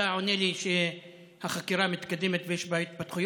ואתה עונה לי שהחקירה מתקדמת ויש בה התפתחויות?